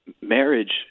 marriage